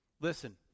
Listen